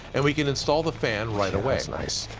and we can install the fan right away. nice.